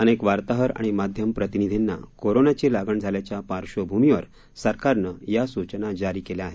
अनेक वार्ताहर आणि माध्यम प्रतिनिधींना कोरोनाची लागण झाल्याच्या पार्श्वभूमीवर सरकारने या सूचना जारी केल्या आहेत